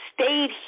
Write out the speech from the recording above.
stayed